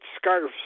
scarves